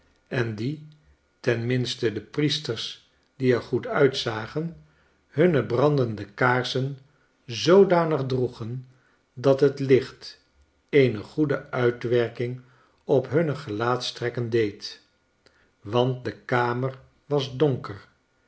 en die ten minste de priesters die er goed uitzagen hunne brandende kaarsen zoodanig droegen dat het licht eene goede uitwerking op hunne gelaatstrekken deed wantdekamer was donker